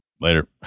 Later